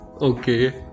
Okay